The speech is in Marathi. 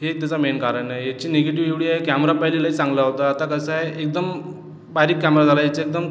हे त्याचं मेन कारण आहे याची निगेटिव एवढी आहे कॅमेरा पहिले लय चांगला होता आता कसं आहे एकदम बारीक कॅमेरा झाला आहे याच्या एकदम